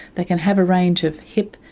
they can have a range of hip,